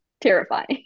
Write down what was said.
terrifying